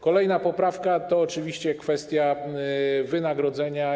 Kolejna poprawka to oczywiście kwestia wynagrodzenia.